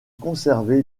conservé